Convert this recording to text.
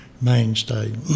mainstay